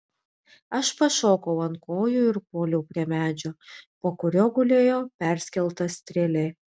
aš pašokau ant kojų ir puoliau prie medžio po kuriuo gulėjo perskelta strėlė